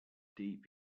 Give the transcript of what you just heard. deep